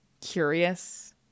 curious